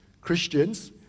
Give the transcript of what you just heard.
Christians